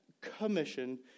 commission